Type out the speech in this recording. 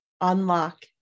unlock